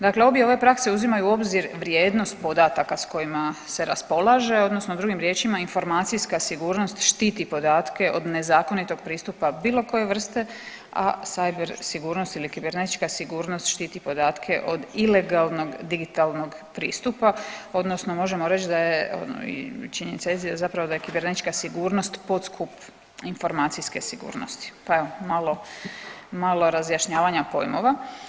Dakle, obje ove prakse uzimaju u obzir vrijednost podataka s kojima se raspolaže odnosno drugim riječima informacijska sigurnost štiti podatke od nezakonitog pristupa bilo koje vrste, a cyber sigurnost ili kibernetička sigurnost štiti podatke od ilegalnog digitalnog pristupa odnosno možemo reći da je i činjenica jest da je zapravo kibernetička sigurnost podskup informacijske sigurnosti, pa evo malo razjašnjavanja pojmova.